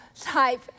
type